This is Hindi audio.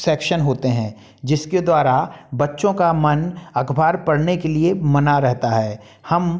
सेक्शन होते हैं जिसके द्वारा बच्चों का मन अखबार पढ़ने के लिए मना रहता है हम